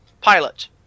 pilot